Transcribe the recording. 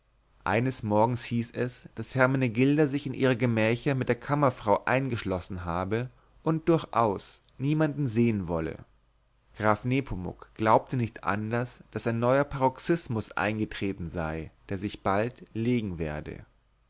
eines morgens hieß es daß hermenegilda sich in ihre gemächer mit der kammerfrau eingeschlossen habe und durchaus niemanden sehen wolle graf nepomuk glaubte nicht anders als daß ein neuer paroxismus eingetreten sei der sich bald legen werde